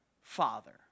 father